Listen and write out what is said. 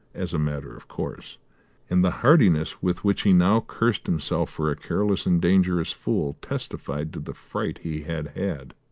as a matter of course and the heartiness with which he now cursed himself for a careless and dangerous fool testified to the fright he had had.